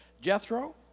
Jethro